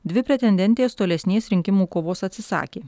dvi pretendentės tolesnės rinkimų kovos atsisakė